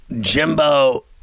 Jimbo